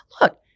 Look